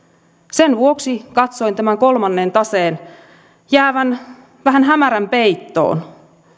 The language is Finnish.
sen vuoksi katsoin tämän kolmannen taseen jäävän vähän hämärän peittoon